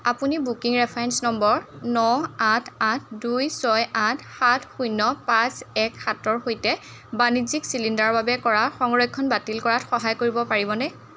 আপুনি booking reference number ন আঠ আঠ দুই ছয় আঠ সাত শূন্য পাঁচ এক সাতৰ সৈতে বাণিজ্যিক চিলিণ্ডাৰৰ বাবে কৰা সংৰক্ষণ বাতিল কৰাত সহায় কৰিব পাৰিবনে